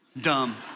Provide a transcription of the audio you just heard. dumb